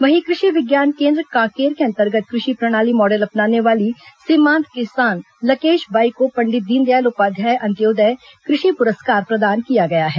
वहीं कृषि विज्ञान केन्द्र कांकेर के अंतर्गत कृषि प्रणाली मॉडल अपनाने वाली सीमान्त किसान लकेश बाई को पंडित दीनदयाल उपाध्याय अंत्योदय कृषि पुरस्कार प्रदान किया गया है